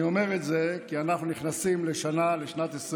אני אומר את זה כי אנחנו נכנסים לשנת 2023,